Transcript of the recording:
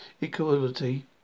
equality